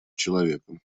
человека